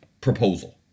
proposal